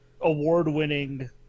award-winning